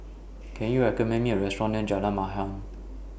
Can YOU recommend Me A Restaurant near Jalan Maha